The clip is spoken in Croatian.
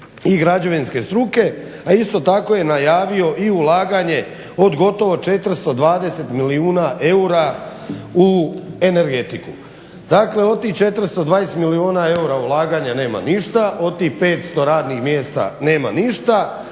i građevinske struke, a isto tako je najavio i ulaganje od gotovo 420 milijuna eura u energetiku. Dakle, od tih 420 milijuna eura ulaganja nema ništa, od tih 500 radnih mjesta nema ništa.